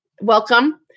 Welcome